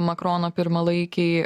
makrono pirmalaikiai